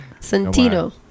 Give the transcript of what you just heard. Santino